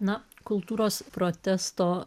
na kultūros protesto